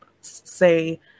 say